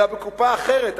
אלא בקופה אחרת.